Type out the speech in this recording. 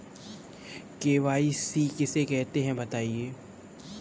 KYC किसे कहते हैं बताएँ?